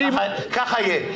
ככה יהיה.